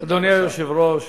אדוני היושב-ראש,